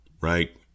right